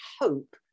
hope